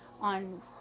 on